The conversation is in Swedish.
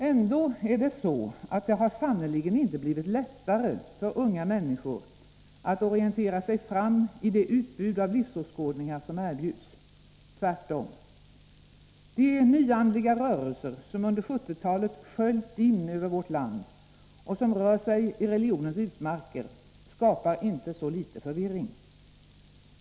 Ändå har det sannerligen inte blivit lättare för unga människor att orientera sig fram i det utbud av livsåskådningar som erbjuds — tvärtom. De nyandliga rörelser som under 1970-talet sköljt in över vårt land och som rör sig i religionens utmarker, skapar inte så litet förvirring.